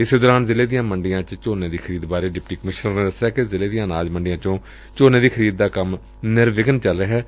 ਇਸ ਦੌਰਾਨ ਜ਼ਿਲ੍ਹੇ ਦੀਆਂ ਮੰਡੀਆਂ ਵਿੱਚ ਝੋਨੇ ਦੀ ਚੱਲ ਰਹੀ ਖਰੀਦ ਬਾਰੇ ਡਿਪਟੀ ਕਮਿਸ਼ਨਰ ਨੇ ਦੱਸਿਆ ਕਿ ਜ਼ਿਲ੍ਹੇ ਦੀਆਂ ਅਨਾਜ ਮੰਡੀਆਂ ਵਿੱਚ ਝੋਨੇ ਦੀ ਖਰੀਦ ਦਾ ਕੰਮ ਨਿਰਵਿਘਨ ਚੱਲ ਰਿਹੈ